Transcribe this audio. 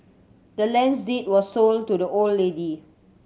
the land's deed was sold to the old lady